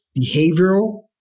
behavioral